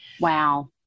Wow